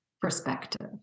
Perspective